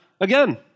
again